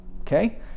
Okay